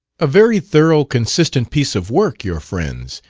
a very thorough, consistent piece of work your friend's,